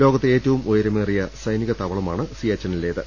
ലോകത്തെ ഏറ്റവും ഉയരമേറിയ സൈനിക താവളമാണ് സിയാച്ചിനിലേത്